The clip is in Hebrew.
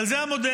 אבל זה המודל.